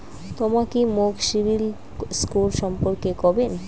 তমা কি মোক সিবিল স্কোর সম্পর্কে কবেন?